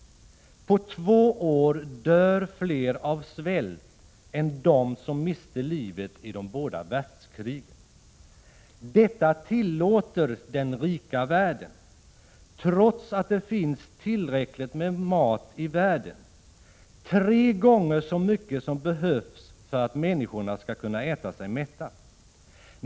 På två år dör fler av svält än de som miste livet i de båda världskrigen. Detta tillåter den rika världen, trots att det finns tillräckligt med mat i världen — tre gånger så mycket som behövs för att människorna skall kunna äta sig mätta.